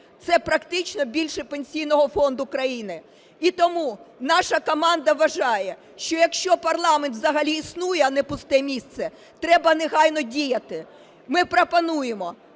це практично більше Пенсійного фонду країни. І тому наша команда вважає, що якщо парламент взагалі існує, а непусте місце, треба негайно діяти. Ми пропонуємо.